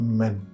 men